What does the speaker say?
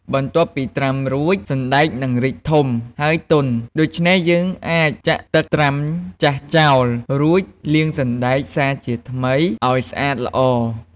បន្ទាប់ពីត្រាំរួច សណ្តែកនឹងរីកធំ ហើយទន់ ដូច្នេះយើងអាចចាក់ទឹកត្រាំចាស់ចោល រួចលាងសណ្តែកសារជាថ្មីឱ្យស្អាតល្អ។